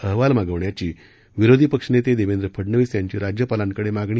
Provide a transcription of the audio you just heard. अहवाल मागवण्याची विरोधी पक्षनेते देवेंद्र फडनवीस यांची राज्यपालांकडे मागणी